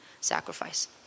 sacrifice